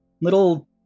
little